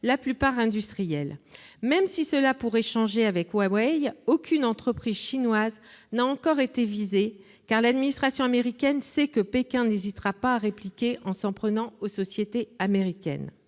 la plupart industrielles. Même si cela risque de changer avec Huawei, aucune entreprise chinoise n'a encore été visée, car l'administration américaine sait que Pékin n'hésitera pas à répliquer en s'en prenant aux sociétés américaines.